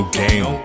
game